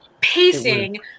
pacing